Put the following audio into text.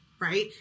right